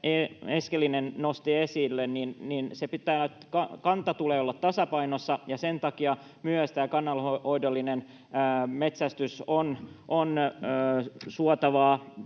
Eskelinen nosti esille. Kannan tulee olla tasapainossa, ja sen takia myös tämä kannanhoidollinen metsästys on suotavaa